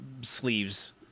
sleeves